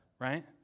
right